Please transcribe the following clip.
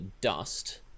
Dust